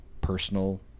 personal